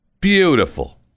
beautiful